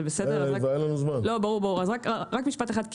רק משפט אחד.